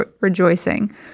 rejoicing